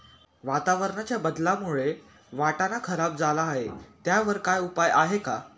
वातावरणाच्या बदलामुळे वाटाणा खराब झाला आहे त्याच्यावर काय उपाय आहे का?